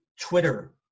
Twitter